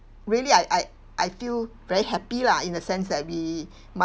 really I I I feel very happy lah in the sense that we